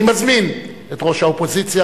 אני מזמין את ראש האופוזיציה,